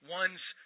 one's